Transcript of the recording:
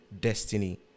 destiny